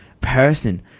person